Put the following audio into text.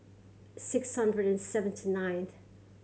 six hundred seventy ninth